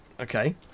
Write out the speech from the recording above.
okay